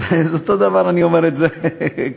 אותו דבר אני אומר כאן.